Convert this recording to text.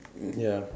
ya